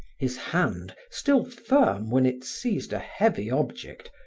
his hand, still firm when it seized a heavy object,